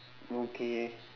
okay